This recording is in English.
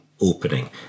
opening